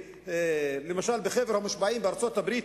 למשל בחבר המושבעים בארצות-הברית,